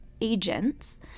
agents